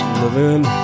living